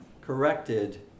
corrected